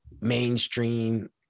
mainstream